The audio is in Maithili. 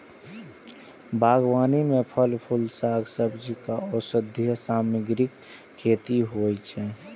बागबानी मे फल, फूल, शाक, सब्जी आ औषधीय सामग्रीक खेती होइ छै